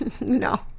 no